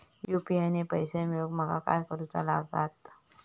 UPI ने पैशे मिळवूक माका काय करूचा लागात?